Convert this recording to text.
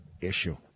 issue